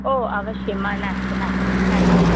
ओ अवश्यं नास्ति नास्ति नास्ति